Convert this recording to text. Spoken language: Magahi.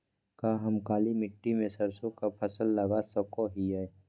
का हम काली मिट्टी में सरसों के फसल लगा सको हीयय?